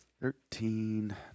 thirteen